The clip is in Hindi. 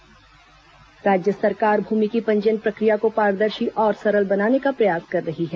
भूमि पंजीयन राज्य सरकार भूमि की पंजीयन प्रक्रिया को पारदर्शी और सरल बनाने का प्रयास कर रही हैं